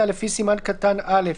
תודה.